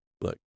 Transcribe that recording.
look